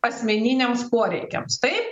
asmeniniams poreikiams taip